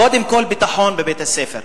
קודם כול ביטחון בבית-הספר.